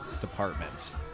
departments